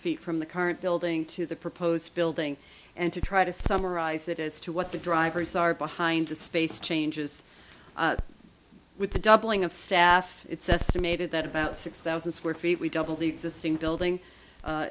feet from the current building to the proposed building and to try to summarize it as to what the drivers are behind the space changes with the doubling of staff it's estimated that about six thousand square feet we double the existing building